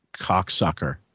cocksucker